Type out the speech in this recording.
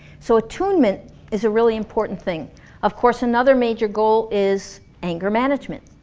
so attunement is a really important thing of course, another major goal is anger management.